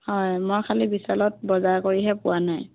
হয় মই খালী বিছালত বজাৰ কৰিহে পোৱা নাই